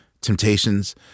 Temptations